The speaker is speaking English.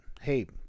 hey